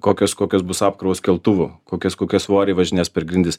kokios kokios bus apkrovos keltuvų kokias kokie svoriai važinės per grindis